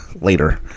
later